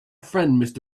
friend